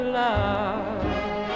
love